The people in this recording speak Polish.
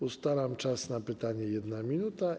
Ustalam czas na pytanie - 1 minuta.